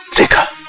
pick up